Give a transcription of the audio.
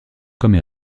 comme